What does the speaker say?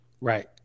Right